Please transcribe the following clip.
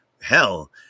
hell